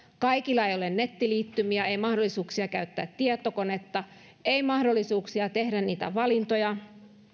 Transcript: kaikilla ei ole nettiliittymiä ei mahdollisuuksia käyttää tietokonetta ei mahdollisuuksia tehdä niitä valintoja